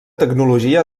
tecnologia